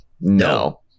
no